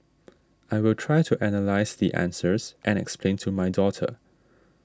I will try to analyse the answers and explain to my daughter